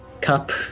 cup